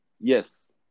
Yes